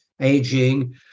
aging